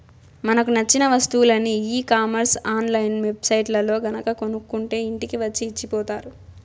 మనకు నచ్చిన వస్తువులని ఈ కామర్స్ ఆన్ లైన్ వెబ్ సైట్లల్లో గనక కొనుక్కుంటే ఇంటికి వచ్చి ఇచ్చిపోతారు